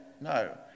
No